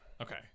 Okay